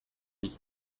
lit